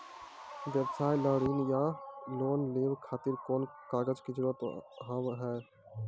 व्यवसाय ला ऋण या लोन लेवे खातिर कौन कौन कागज के जरूरत हाव हाय?